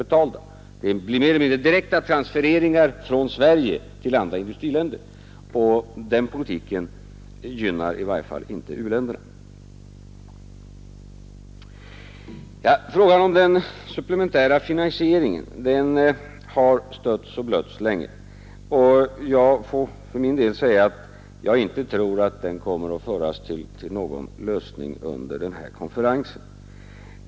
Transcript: Det blir mer eller mindre direkta transfereringar från Sverige till andra industriländer, och den politiken gynnar i varje fall inte u-länderna. Frågan om den supplementära finansieringen har stötts och blötts länge. Jag tror för min del inte att den kommer att föras till någon lösning under den här konferensen.